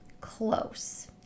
close